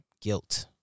guilt